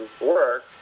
work